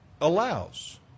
allows